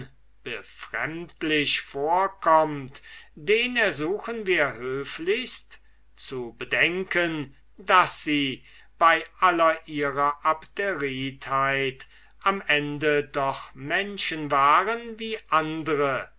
befremdlich vorkommt den ersuchen wir höflichst zu bedenken daß sie bei aller ihrer abderitheit am ende doch menschen waren wie andre